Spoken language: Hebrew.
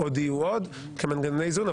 יהיו עוד מנגנוני איזון.